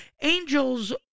Angels